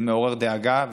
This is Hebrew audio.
זה מעורר דאגה,